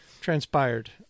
transpired